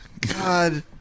God